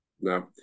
no